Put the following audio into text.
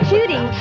Judy